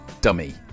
Dummy